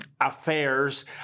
Affairs